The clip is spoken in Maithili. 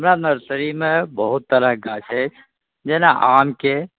हमरा नर्सरीमे बहुत तरहके गाछ अछि जेना आमके